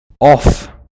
off